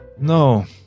no